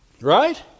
Right